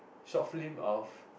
soft film of